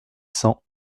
cents